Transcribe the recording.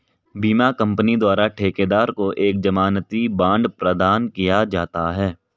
बीमा कंपनी द्वारा ठेकेदार को एक जमानती बांड प्रदान किया जाता है